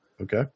Okay